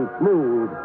smooth